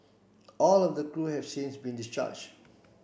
all of the crew have since been discharge